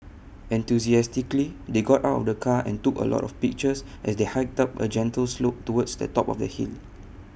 enthusiastically they got out of the car and took A lot of pictures as they hiked up A gentle slope towards the top of the hill